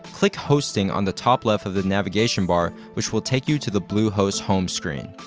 click hosting on the top left of the navigation bar which will take you to the bluehost home screen.